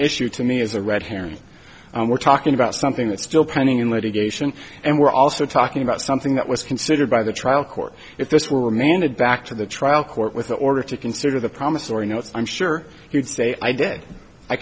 issue to me is a red herring and we're talking about something that's still pending in litigation and we're also talking about something that was considered by the trial court if this were managed back to the trial court with the order to consider the promissory notes i'm sure he would say i did i